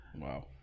Wow